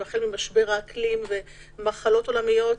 החל ממשבר האקלים והמשך במחלות עולמיות,